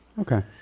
Okay